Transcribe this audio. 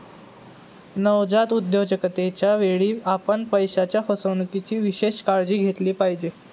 नवजात उद्योजकतेच्या वेळी, आपण पैशाच्या फसवणुकीची विशेष काळजी घेतली पाहिजे